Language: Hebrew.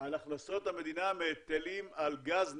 הכנסות המדינה מהיטל על גז,